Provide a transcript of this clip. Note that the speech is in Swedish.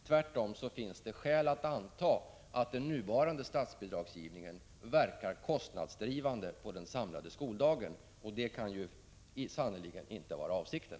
Tvärtom finns det skäl att anta att den nuvarande statsbidragsgivningen verkar kostnadsdrivande på den samlade skoldagen, och det kan sannerligen inte vara avsikten.